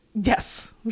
Yes